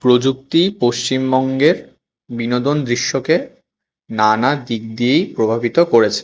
প্রযুক্তি পশ্চিমবঙ্গের বিনোদন দৃশ্যকে নানা দিক দিয়েই প্রভাবিত করেছে